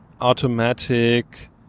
automatic